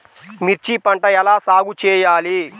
మిర్చి పంట ఎలా సాగు చేయాలి?